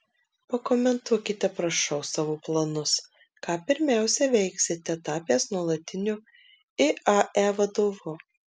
pakomentuokite prašau savo planus ką pirmiausia veiksite tapęs nuolatiniu iae vadovu